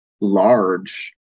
large